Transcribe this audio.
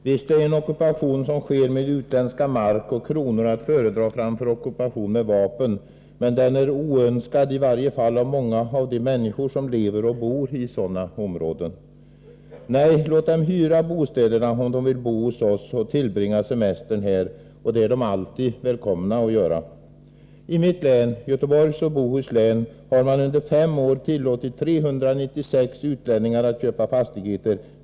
Visst är en ockupation som sker med utländska mark och kronor att föredra framför ockupation med vapen, men den är oönskad i varje fall av många av de människor som bor och lever i sådana områden. Nej, låt utländska medborgare hyra bostäder om de vill bo hos oss och tillbringa semestern här, och det är de alltid välkomna att göra. I mitt län, Göteborgs och Bohus, har man under fem år tillåtit 396 utlänningar att köpa fastigheter.